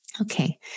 Okay